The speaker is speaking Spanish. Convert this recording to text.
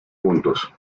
puntos